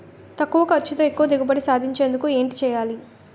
తక్కువ ఖర్చుతో ఎక్కువ దిగుబడి సాధించేందుకు ఏంటి చేయాలి?